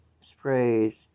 sprays